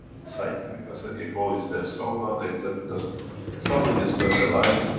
scientifica said, yeah, go is there. so, now they accept because somebody spend their life,